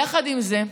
יחד עם זה,